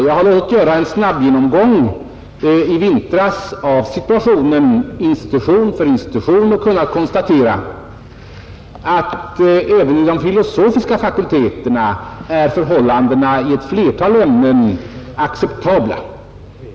Jag lät i vintras göra en snabbgenomgång av situationen institution för institution och kunde konstatera, att förhållandena även vid de filosofiska fakulteterna i ett flertal ämnen är acceptabla.